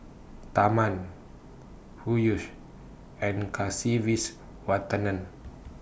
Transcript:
Tharman Peyush and Kasiviswanathan